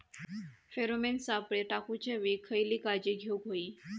Pheromone सापळे टाकूच्या वेळी खयली काळजी घेवूक व्हयी?